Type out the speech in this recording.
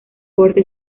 borde